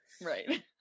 Right